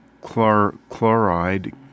chloride